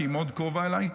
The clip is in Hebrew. כי היא מאוד קרובה אליי,